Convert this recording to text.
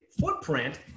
footprint